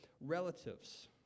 relatives